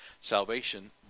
Salvation